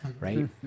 right